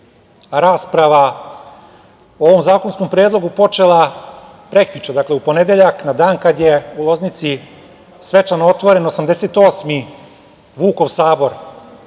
je rasprava o ovom zakonskom predlogu počela prekjuče, u ponedeljak, na dan kada je u Loznici svečano otvoren 88. Vukov sabor,